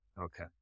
Okay